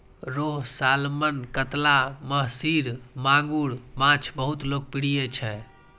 रोहू, सालमन, कतला, महसीर, मांगुर माछ बहुत लोकप्रिय छै